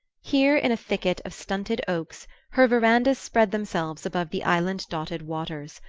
here, in a thicket of stunted oaks, her verandahs spread themselves above the island-dotted waters.